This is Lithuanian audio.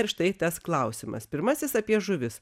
ir štai tas klausimas pirmasis apie žuvis